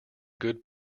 good